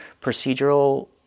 procedural